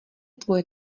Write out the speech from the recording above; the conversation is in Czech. tvoje